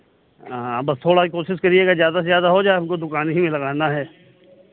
हाँ बस थोड़ा ए कोशिश करिएगा ज़्यादा से ज़्यादा हो जाए हमको दुकान ही में लगाना है